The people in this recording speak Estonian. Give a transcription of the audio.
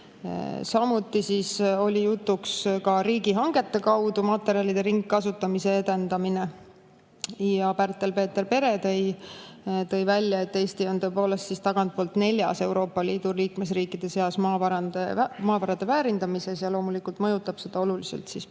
Samuti oli jutuks riigihangete kaudu materjalide ringkasutamise edendamine. Pärtel-Peeter Pere tõi välja, et Eesti on tõepoolest tagantpoolt neljas Euroopa Liidu liikmesriikide seas maavarade väärindamise poolest ja loomulikult mõjutab seda oluliselt